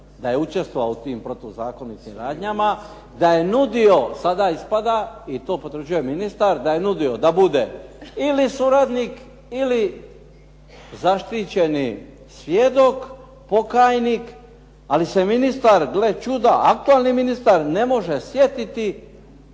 da je učestvovao u tim protuzakonitim radnjama, da je nudio sada ispada, i to potvrđuje ministar da je nudio da bude ili suradnik ili zaštićeni svjedok, pokajnik, ali se ministar gle čuda, aktualni ministar ne može sjetiti.